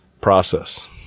process